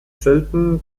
selten